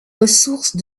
ressources